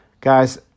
Guys